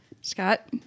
Scott